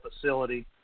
facility